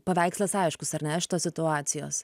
paveikslas aiškus ar ne iš tos situacijos